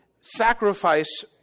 sacrifice